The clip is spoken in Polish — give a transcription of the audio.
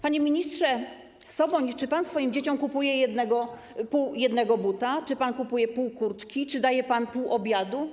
Panie ministrze Soboń, czy pan swoim dzieciom kupuje pół jednego buta, czy pan kupuje pół kurtki, czy daje pan pół obiadu?